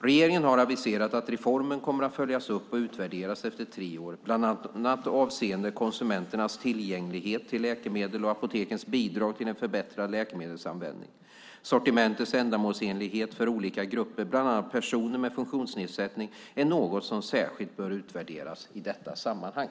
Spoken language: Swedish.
Regeringen har aviserat att reformen kommer att följas upp och utvärderas efter tre år, bland annat avseende konsumenternas tillgänglighet till läkemedel och apotekens bidrag till en förbättrad läkemedelsanvändning. Sortimentets ändamålsenlighet för olika grupper, bland annat personer med funktionsnedsättning, är något som särskilt bör utvärderas i detta sammanhang.